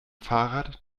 fahrrad